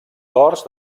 dors